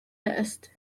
test